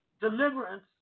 deliverance